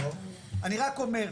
אני רק אומר,